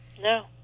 no